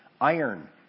Iron